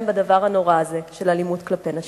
בדבר הנורא הזה של אלימות כלפי נשים.